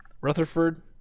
Rutherford